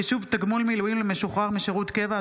(חישוב תגמול מילואים למשוחרר משירות קבע),